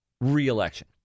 reelection